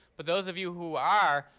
but those of you who are,